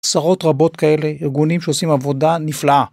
עשרות רבות כאלה ארגונים שעושים עבודה נפלאה.